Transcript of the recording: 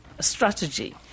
strategy